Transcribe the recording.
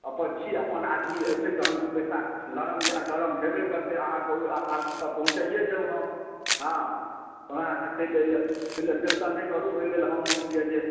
अपन छी अपन आदमी एबै तहन दू पैसा नरम या गरम हेबे करतै आहाँ कहू ओतऽ पहुँचाइए देब हम हँ आहाँ कथी लेल कोनो चिन्ता नहि करू ओहिलेल हम मानि लिअ जे